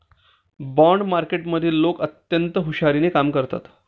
bond मार्केटमधले लोक अत्यंत हुशारीने कामं करतात